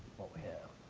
what we have.